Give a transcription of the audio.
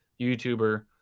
YouTuber